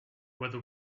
whether